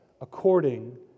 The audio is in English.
according